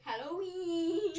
Halloween